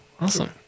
Awesome